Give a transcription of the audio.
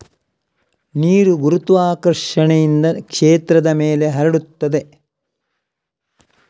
ನೀರು ಗುರುತ್ವಾಕರ್ಷಣೆಯಿಂದ ಕ್ಷೇತ್ರದ ಮೇಲೆ ಹರಡುತ್ತದೆ